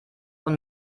und